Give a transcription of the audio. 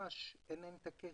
שאין להם את הקשר.